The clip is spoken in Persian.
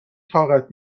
طاقت